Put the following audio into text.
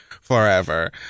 forever